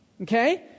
okay